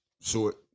short